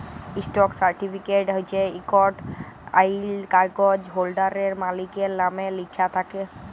stock certificate হছে ইকট আইল কাগ্যইজ হোল্ডারের, মালিকের লামে লিখ্যা থ্যাকে